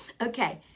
Okay